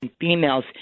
females